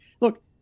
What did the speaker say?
look